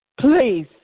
Please